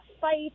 fight